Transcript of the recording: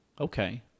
okay